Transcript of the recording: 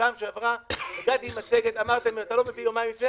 בפעם שעברה הגעתי עם מצגת ואמרתם: אם אתה לא מביא יומיים לפני,